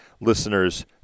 listeners